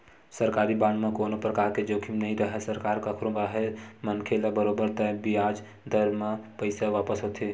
सरकारी बांड म कोनो परकार के जोखिम नइ राहय सरकार कखरो राहय मनखे ल बरोबर तय बियाज दर म पइसा वापस होथे